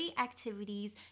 activities